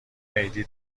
عیدی